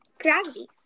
gravity